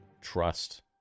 trust